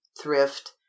thrift